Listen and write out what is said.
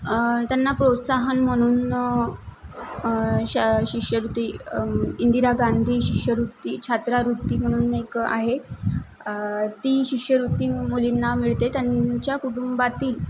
त्यांना प्रोत्साहन म्हणून शा शिष्यवृत्ती इंदिरा गांधी शिष्यवृत्ती छात्रावृत्ती म्हणून एक आहे ती शिष्यवृत्ती मुलींना मिळते त्यांच्या कुटुंबातील